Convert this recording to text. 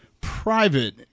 private